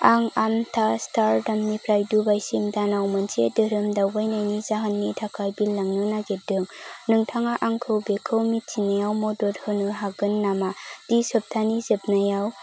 आं आमस्टारडाम निफ्राय दुबाइआ सिम दानाव मोनसे धोरोम दावबायनायनि जाहोननि थाखाय बिरलांनो नागिरदों नोंथाङा आंखौ बेखौ मिथिनायाव मदद होनो हागोन नामा दि सप्तानि जोबनायाव